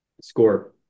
Score